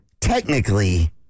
technically